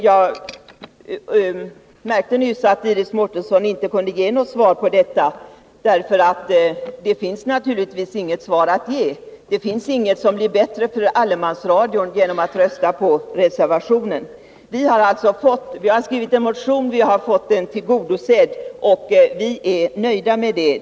Jag märkte nyss att Iris Mårtensson inte kunde ge något svar på detta, för det finns naturligtvis inget svar att ge. Ingenting blir bättre för allemansradion genom att vi röstar på reservationen. Vi har skrivit en motion, vi har fått den tillgodosedd och vi är nöjda med det.